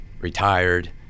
retired